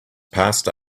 passed